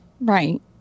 Right